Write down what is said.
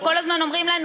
וכל הזמן אומרים לנו,